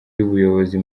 y’ubuyobozi